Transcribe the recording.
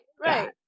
right